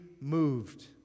moved